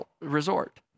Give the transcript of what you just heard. resort